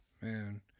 Man